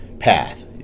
path